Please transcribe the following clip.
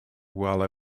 while